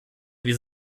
wir